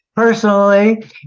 Personally